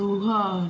ରୁହ